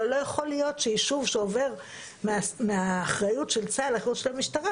לא יכול להיות שיישוב שעובר מהאחריות של צה"ל לאחריות של המשטרה,